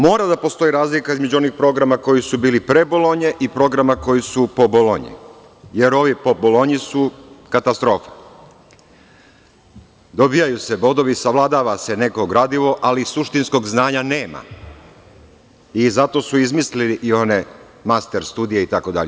Mora da postoji razlika između onih programa koji su bili pre Bolonje i programa koji su po Bolonji, jer ovi po Bolonji su katastrofa, dobijaju se bodovi, savladava se neko gradivo, ali suštinskog znanja nema i zato su izmislili one master studije itd.